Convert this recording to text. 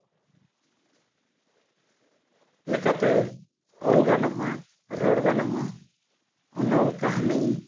ᱞᱮᱠᱟᱛᱮ ᱚᱞ ᱜᱟᱱᱚᱜᱼᱟ ᱨᱚᱲ ᱜᱟᱱᱚᱜᱼᱟ ᱚᱱᱚᱞ ᱠᱟᱹᱦᱱᱤ